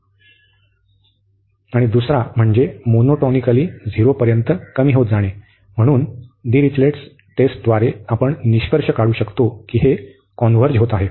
आणि दुसरा म्हणजे मोनोटॉनिकली 0 पर्यंत कमी होत जाणे म्हणूनच ड्रिचलेट टेस्टद्वारे आपण निष्कर्ष काढू शकतो की हे कॉन्व्हर्ज होत आहे